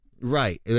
Right